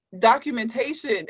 documentation